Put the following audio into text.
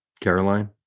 Caroline